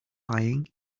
lying